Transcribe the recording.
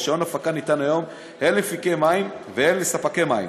רישיון הפקה ניתן היום הן למפיקי מים והן לספקי מים,